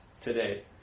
today